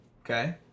okay